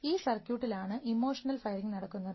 ഈ സർക്യൂട്ടിൽ ആണ് ഇമോഷണൽ ഫയറിങ് നടക്കുന്നത്